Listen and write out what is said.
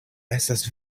estas